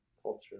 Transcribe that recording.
culture